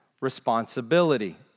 responsibility